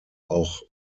auch